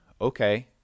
okay